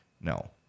no